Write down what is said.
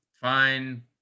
fine